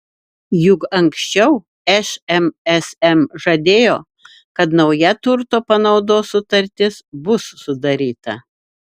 juk anksčiau šmsm žadėjo kad nauja turto panaudos sutartis bus sudaryta